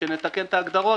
כשנתקן את ההגדרות,